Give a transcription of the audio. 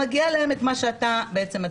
שמגיע להם את מה שאת המציע.